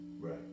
Right